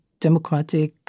democratic